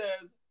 says